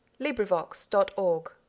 LibriVox.org